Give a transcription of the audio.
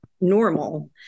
normal